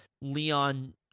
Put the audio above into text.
Leon